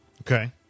Okay